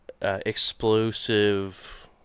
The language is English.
explosive